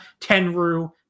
Tenru